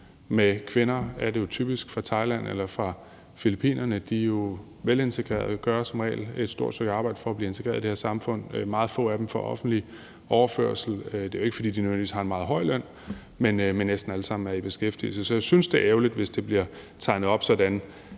med kvinder, som det jo typisk er, fra Thailand eller fra Filippinerne. De er velintegrerede og gør som regel et stort stykke arbejde for at blive integreret i det her samfund. Meget få af dem er på offentlig overførsel. Det er jo ikke, fordi de nødvendigvis har en meget høj løn, men næsten alle sammen er i beskæftigelse. Så jeg synes, det er ærgerligt, hvis det bliver tegnet op sådan,